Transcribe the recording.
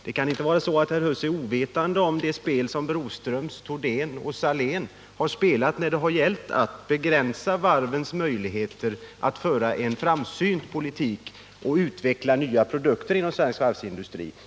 Det kan inte vara så att herr Huss är ovetande om det spel som Broströms, Thordéns och Saléns har spelat när det gällt att begränsa varvens möjligheter att föra en framsynt politik och utveckla nya produkter inom svensk varvsindustri.